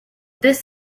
this